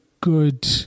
good